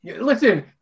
listen